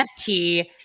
NFT